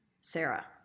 Sarah